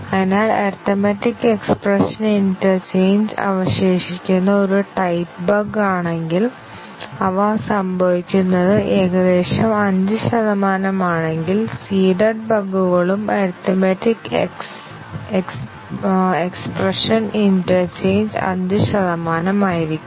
അതിനാൽ arithmetic expression interchange അവശേഷിക്കുന്ന ഒരു ടൈപ്പ് ബഗ് ആണെങ്കിൽ അവ സംഭവിക്കുന്നത് ഏകദേശം 5 ശതമാനമാണെങ്കിൽ സീഡഡ് ബഗുകളും അരിതമെറ്റിക് എക്സ്പ്രേഞ്ച് ഇന്റർചേഞ്ച് 5 ശതമാനമായിരിക്കും